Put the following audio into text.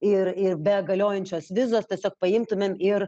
ir ir be galiojančios vizos tiesiog paimtumėm ir